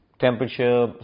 temperature